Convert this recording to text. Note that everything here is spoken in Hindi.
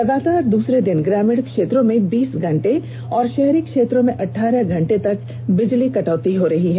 लगातार दूसरे दिन ग्रामीण क्षेत्रों में बीस घंटे और षहरी क्षेत्रों में अठारह घंटे तक बिजली कटौती हो रही है